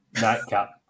Nightcap